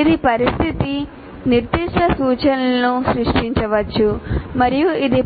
ఇది పరిస్థితి నిర్దిష్ట సూచనలను సృష్టించవచ్చు మరియు ఇది